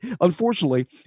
Unfortunately